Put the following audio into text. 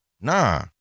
Nah